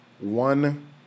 One